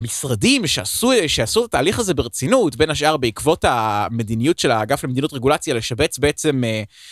משרדים שעשו את התהליך הזה ברצינות בין השאר בעקבות המדיניות של האגף למדיניות רגולציה לשבץ בעצם...